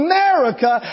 America